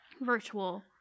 virtual